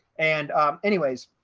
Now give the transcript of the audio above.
and anyways,